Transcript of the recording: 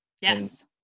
Yes